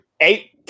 Eight